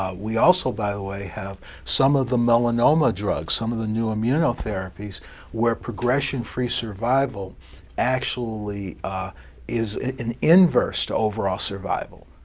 ah we also, by the way, have some of the melanoma drugs, some of the new immunotherapies where progression-free survival actually is in inverse to overall survival.